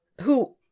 Who-